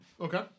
Okay